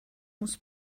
most